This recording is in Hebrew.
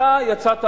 אתה יצאת,